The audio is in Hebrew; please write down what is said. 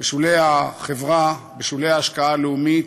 בשולי החברה, בשולי ההשקעה הלאומית,